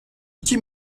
iki